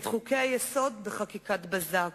את חוקי-היסוד, בחקיקת בזק.